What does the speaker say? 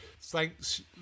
thanks